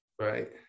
Right